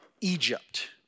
Egypt